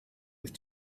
with